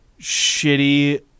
shitty